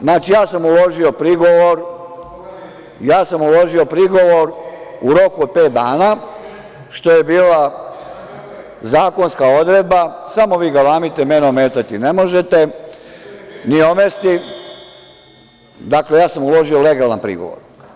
Znači, ja sam uložio prigovor u roku od pet dana što je bila zakonska odredba, samo vi galamite, mene ometati ne možete, ni omesti, dakle, ja sam uložio legalan prigovor.